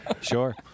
Sure